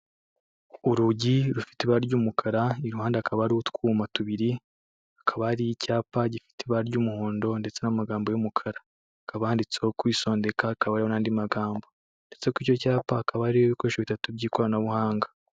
Urugi rufite ibara ry'umukara, iruhande hakaba hariho utwuma tubiri. Hakaba hari icyapa gifite ibara ry'umuhondo ndetse n'amagambo y'umukara, hakaba handitseho "kwisondeka", hakaba hariho n'andi magambo. Ndetse kuri icyo cyapa, hakaba hariho ibikoresho bitatu by'ikoranabuhanga.